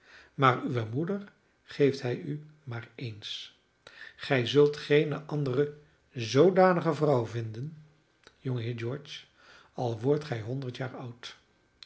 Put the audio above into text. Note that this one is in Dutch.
maar uwe moeder geeft hij u maar eens gij zult geene andere zoodanige vrouw vinden jongeheer george al wordt gij honderd jaar oud